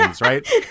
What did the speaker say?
right